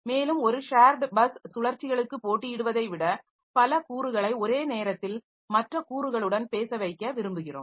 மேலும் ஒரு shared bus சுழற்சிகளுக்கு போட்டியிடுவதை விட பல கூறுகளை ஒரே நேரத்தில் மற்ற கூறுகளுடன் பேச வைக்க விரும்புகிறோம்